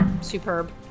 Superb